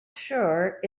sure